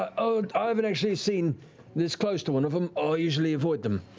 i i haven't actually seen this close to one of them. ah i usually avoid them.